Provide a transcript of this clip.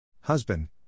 Husband